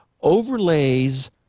overlays